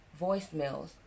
voicemails